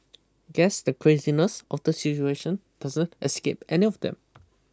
guess the craziness of the situation doesn't escape any of them